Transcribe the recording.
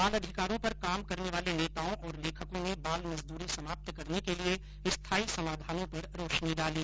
बाल अधिकारों पर काम करने वाले नेताओं और लेखकों ने बाल मजदूरी समाप्त करने के लिये स्थायी समाधानो पर रोशनी डाली